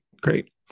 great